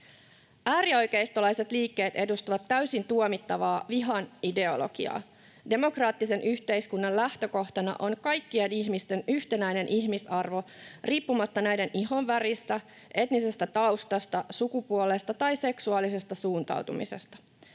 Äärioikeistolaiset liikkeet edustavat täysin tuomittavaa vihan ideologiaa. Demokraattisen yhteiskunnan lähtökohtana on kaikkien ihmisten yhtenäinen ihmisarvo riippumatta näiden ihonväristä, etnisestä taustasta, sukupuolesta tai seksuaalisesta suuntautumisesta.